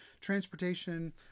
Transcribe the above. transportation